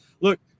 look